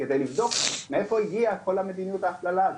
כדי לבדוק מאיפה הגיעה כל מדיניות ההפללה הזאת.